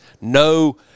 no